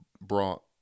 brought